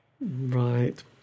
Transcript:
Right